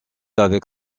avec